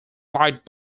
light